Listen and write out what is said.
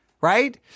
right